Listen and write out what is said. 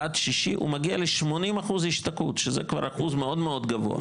עד 6, וכו'.